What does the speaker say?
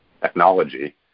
technology